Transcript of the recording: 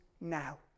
now